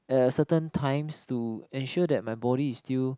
at a certain times to ensure that my body is still